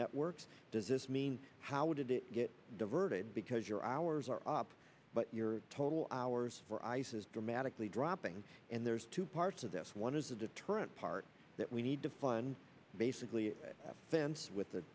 networks does this mean how did it get diverted because your hours are up but your total hours for ice is dramatically dropping and there's two parts of this one is a deterrent part that we need to fund basically fence with the